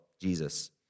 Jesus